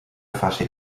faci